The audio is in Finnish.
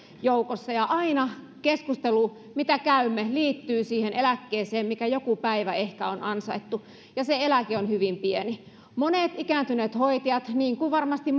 joukossa ja aina keskustelu mitä käymme liittyy siihen eläkkeeseen mikä joku päivä ehkä on ansaittu ja se eläke on hyvin pieni monet ikääntyneet hoitajat niin kuin varmasti